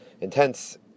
intense